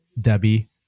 Debbie